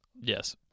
Yes